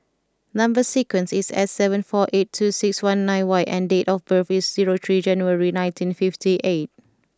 number sequence is S seven four eight two six one nine Y and date of birth is zero three January nineteen fifty eight